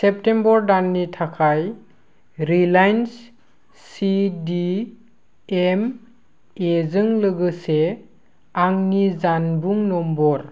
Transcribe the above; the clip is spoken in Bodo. सेप्तेम्बर दाननि थाखाय रिलायेन्स सिडिएमए जों लोगोसे आंनि जानबुं नम्बर